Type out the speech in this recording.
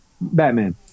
Batman